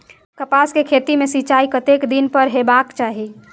कपास के खेती में सिंचाई कतेक दिन पर हेबाक चाही?